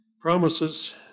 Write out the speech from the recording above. promises